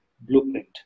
blueprint